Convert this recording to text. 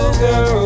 girl